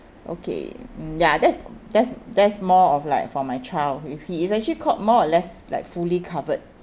okay mm ya that's that's that's more of like for my child if he is actually called more or less like fully covered